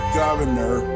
governor